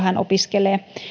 hän elämänkatsomustietoa